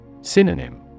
Synonym